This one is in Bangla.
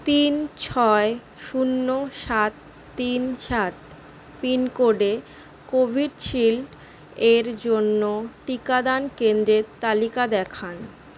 তিন ছয় শূন্য সাত তিন সাত পিনকোডে কোভিশিল্ড এর জন্য টিকাদান কেন্দ্রের তালিকা দেখান